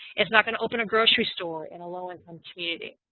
it's not going to open a grocery store in a low-income community.